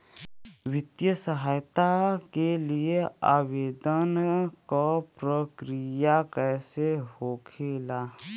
वित्तीय सहायता के लिए आवेदन क प्रक्रिया कैसे होखेला?